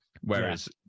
whereas